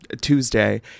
Tuesday